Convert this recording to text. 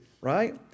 right